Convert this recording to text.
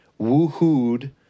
woo-hooed